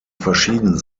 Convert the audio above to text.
verschieden